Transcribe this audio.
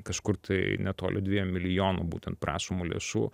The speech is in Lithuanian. kažkur tai netoli dviejų milijonų būtent prašomų lėšų